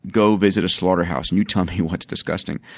go visit a slaughter house and you tell me what is disgusting.